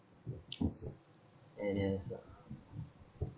N_S ah